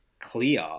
clear